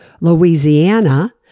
Louisiana